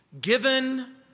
given